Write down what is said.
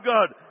God